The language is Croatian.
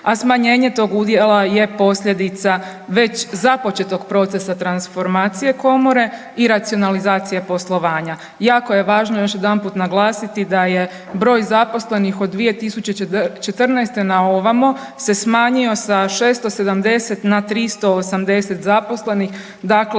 a smanjenje tog udjela je posljedica već započetog procesa transformacije komore i racionalizacije poslovanja. Jako je važno još jedanput naglasiti da je broj zaposlenih od 2014. na ovamo se smanjio sa 670 na 380 zaposlenih, dakle